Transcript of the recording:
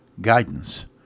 guidance